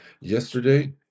yesterday